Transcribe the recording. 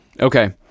Okay